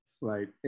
right